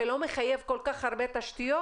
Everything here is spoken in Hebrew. ולא מחייב כל כך הרבה תשתיות.